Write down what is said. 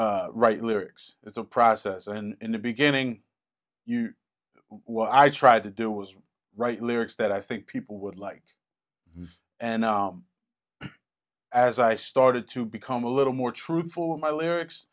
write lyrics it's a process and in the beginning you what i tried to do was write lyrics that i think people would like and as i started to become a little more truthful in my lyrics